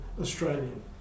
Australian